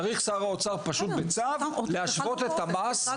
צריך שר האוצר פשוט בצו להשוות את המס,